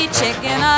chicken